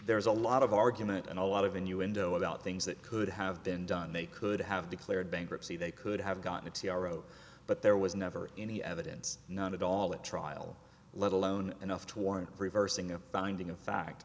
there's a lot of argument and a lot of innuendo about things that could have been done they could have declared bankruptcy they could have gotten a t r o but there was never any evidence none at all at trial let alone enough to warrant reversing a finding of fact